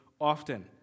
often